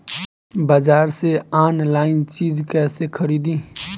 बाजार से आनलाइन चीज कैसे खरीदी?